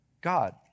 God